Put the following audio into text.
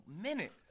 minute